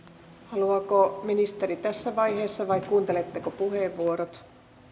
haluaako ministeri tässä vaiheessa vai kuunteletteko puheenvuorot